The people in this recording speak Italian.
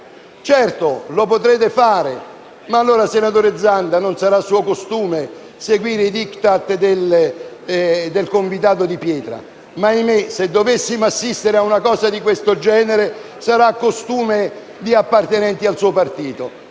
Certo lo potrete fare, ma allora, senatore Zanda, forse non sarà suo costume seguire i *Diktat* del convitato di pietra, ma, se dovessimo assistere a qualcosa del genere, sarà - ahimè - costume di appartenenti al suo partito.